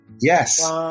yes